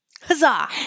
Huzzah